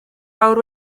awr